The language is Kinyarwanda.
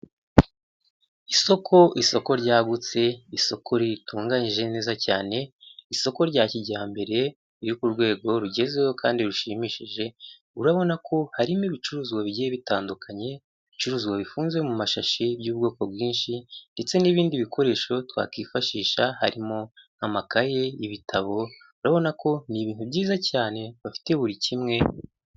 Isoko, isoko ryagutse, isoko ritunganyije neza cyane, isoko rya kijyambere riri ku rwego rugezweho kandi rishimishije, urabona ko harimo ibicuruzwa bigiye bitandukanye, ibicuruzwa bifunze mu mashashi by'ubwoko bwinshi ndetse n'ibindi bikoresho twakwifashisha, harimo nk'amakaye, ibitabo, urabona ko ni ibintu byiza cyane bafite buri kimwe.